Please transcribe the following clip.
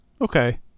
Okay